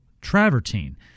travertine